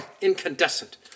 incandescent